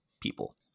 people